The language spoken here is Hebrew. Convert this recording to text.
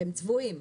שהם צבועים?